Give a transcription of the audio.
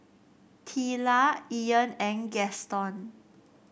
Teela Ian and Gaston